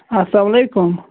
اسلام علیکُم